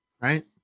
right